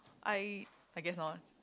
I I guess not